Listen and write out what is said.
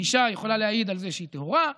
האישה יכולה להעיד על זה שהיא טהורה,